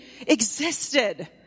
existed